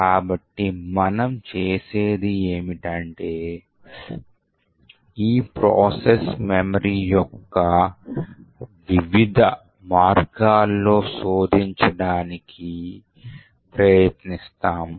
కాబట్టి మనం చేసేది ఏమిటంటే ఈ ప్రాసెస్ మెమరీ యొక్క వివిధ మార్గాల్లో శోధించడానికి ప్రయత్నిస్తాము